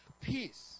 peace